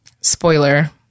spoiler